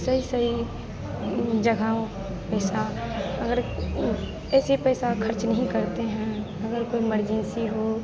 सही सही जगहों पर पैसा अगर उह ऐसे पैसा ख़र्च नहीं करते हैं अगर कोई एमरजेन्सी हो